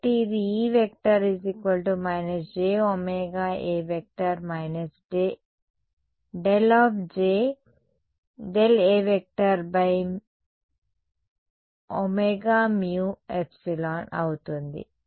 కాబట్టి ఇది E− j ωA ∇ jA ωμε అవుతుంది